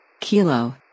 Kilo